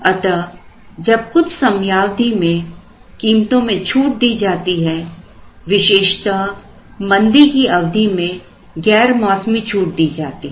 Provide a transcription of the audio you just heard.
अतः जब कुछ समयावधि में कीमतों में छूट दी जाती है विशेषतः मंदी की अवधि में गैर मौसमी छूट दी जाती है